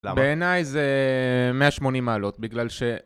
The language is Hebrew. בעיניי זה 180 מעלות, בגלל ש...